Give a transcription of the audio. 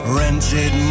rented